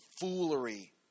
foolery